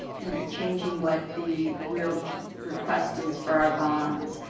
you know changing what the real request is for our bonds.